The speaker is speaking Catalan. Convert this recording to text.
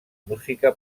música